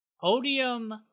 odium